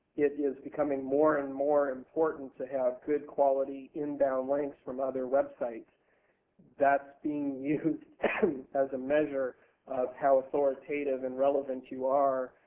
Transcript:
it is becoming more and more important to have good quality inbound links from other websites thatis being used as a measure of how authoritative and relevant you are